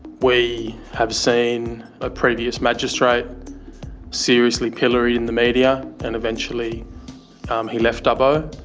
we have seen a previous magistrate seriously pilloried in the media, and eventually he left dubbo.